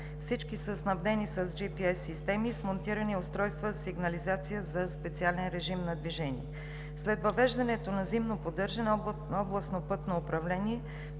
Всички са снабдени с джипиес системи и с монтирани устройства за сигнализация за специален режим на движение. След въвеждане на зимното поддържане Областно пътно управление